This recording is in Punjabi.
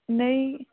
ਨਹੀਂ